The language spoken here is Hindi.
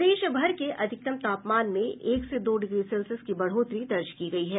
प्रदेशभर के अधिकतम तापमान में एक से दो डिग्री सेल्सियस की बढ़ोतरी दर्ज की गयी है